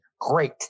great